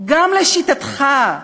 גם לשיטתך,